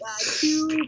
two